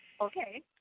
Okay